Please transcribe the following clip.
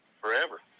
forever